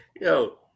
yo